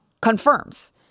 confirms